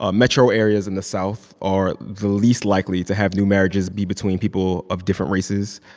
ah metro areas in the south are the least likely to have new marriages be between people of different races.